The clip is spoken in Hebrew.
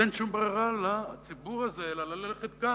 אז אין שום ברירה לציבור הזה אלא ללכת כך,